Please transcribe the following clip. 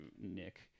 Nick